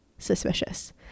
suspicious